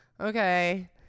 Okay